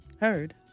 heard